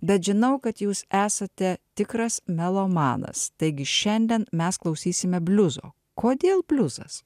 bet žinau kad jūs esate tikras melomanas taigi šiandien mes klausysime bliuzo kodėl bliuzas